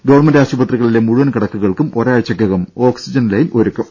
government ആശുപത്രികളിലെ മുഴുവൻ കിടക്കകൾക്കും ഒരാഴ്ച്ചക്കകം ഓക്സിജൻ ലൈൻ ഒരുക്കും